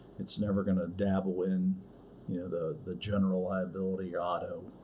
it's never going to dabble in yeah the the general liability, auto,